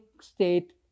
state